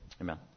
Amen